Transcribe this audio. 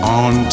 on